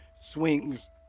swings